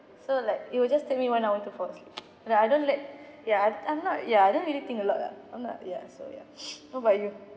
so like it will just take me one hour to fall asleep like I don't let ya I I'm not ya I don't really think a lot ah I'm not ya so ya what about you